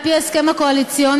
על-פי ההסכם הקואליציוני,